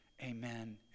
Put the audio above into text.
amen